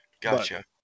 Gotcha